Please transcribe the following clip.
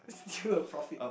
is still a profit